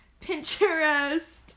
Pinterest